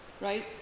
right